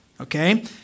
Okay